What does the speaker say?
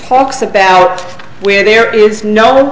talks about where there is no